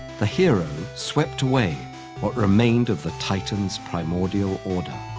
the hero swept away what remained of the titans' primordial order,